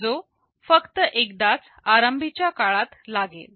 जो फक्त एकदाच आरंभी च्या काळात लागेल